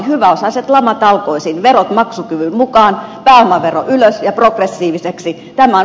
hyväosaiset lamatalkoisiin verot maksukyvyn mukaan pääomavero ylös ja progressiiviseksi